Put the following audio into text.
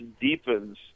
deepens